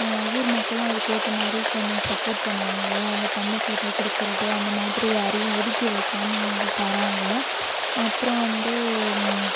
ஊர் மக்களும் அதுக்கு ஏற்ற மாதிரி கொஞ்சம் சப்போர்ட் பண்ணுவாங்க அவங்க தண்ணி கேட்டால் கொடுக்குறது அந்தமாதிரி யாரையும் ஒதுக்கி வைக்காமல் அவங்க தராங்க அப்புறம் வந்து